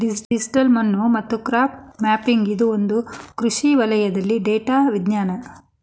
digital ಮಣ್ಣು ಮತ್ತು crop mapping ಇದು ಒಂದು ಕೃಷಿ ವಲಯದಲ್ಲಿ ಡೇಟಾ ವಿಜ್ಞಾನ